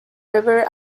river